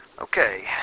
okay